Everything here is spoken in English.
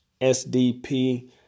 sdp